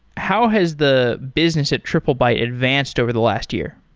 how has the business at triplebyte advanced over the last year?